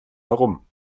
herum